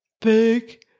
Big